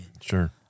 sure